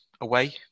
away